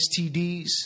STDs